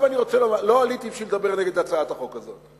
לא עליתי כדי לדבר נגד הצעת החוק הזאת.